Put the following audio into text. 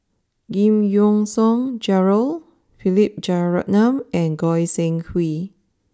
Giam Yean Song Gerald Philip Jeyaretnam and Goi Seng Hui